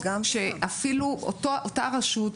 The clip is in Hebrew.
שאפילו אותה רשות,